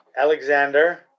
Alexander